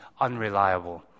unreliable